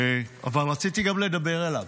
אבל רציתי גם לדבר אליו.